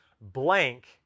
blank